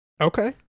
Okay